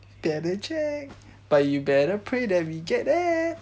better check but you better pray that we get that